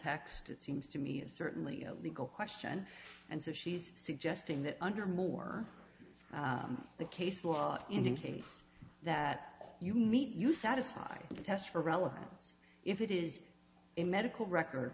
text it seems to me is certainly a legal question and so she's suggesting that under more the case law indicates that you meet you satisfy the test for relevant if it is a medical record